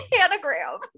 Anagram